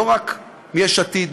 לא רק מיש עתיד,